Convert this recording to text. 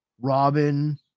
Robin